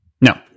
No